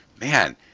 Man